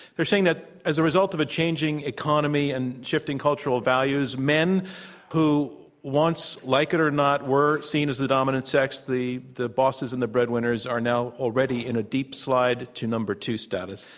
they're saying that as a result of a changing economy and shifting cultural values, men who once, like it or not, were seen as the dominant sex, the the bosses and the breadwinners, are now already in a deep slide to number two status.